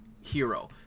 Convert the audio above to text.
hero